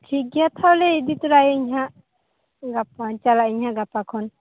ᱴᱷᱤᱠ ᱜᱮᱭᱟ ᱛᱟᱦᱚᱞᱮ ᱤᱫᱤ ᱛᱚᱨᱟᱭᱟᱹᱧ ᱦᱟᱸᱜ ᱜᱟᱯᱟ ᱪᱟᱞᱟᱜ ᱟᱹᱧ ᱦᱟᱸᱜ ᱜᱟᱯᱟ ᱠᱷᱚᱱ